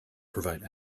provide